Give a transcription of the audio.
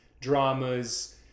dramas